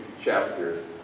chapter